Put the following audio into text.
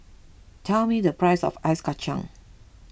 tell me the price of Ice Kachang